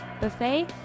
buffet